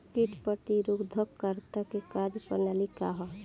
कीट प्रतिरोधकता क कार्य प्रणाली का ह?